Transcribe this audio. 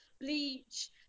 bleach